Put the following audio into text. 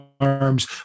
arms